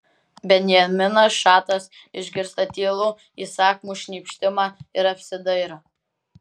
benjaminas šatas išgirsta tylų įsakmų šnypštimą ir apsidairo